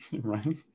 right